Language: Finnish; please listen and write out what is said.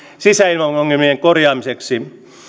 sisäilmaongelmien korjaamiseksi